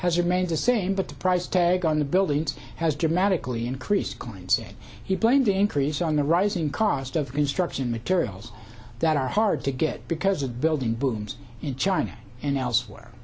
has remained the same but the price tag on the buildings has dramatically increased klein said he blamed the increase on the rising cost of construction materials that are hard to get because of building booms in china and elsewhere